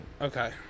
Okay